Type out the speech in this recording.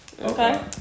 Okay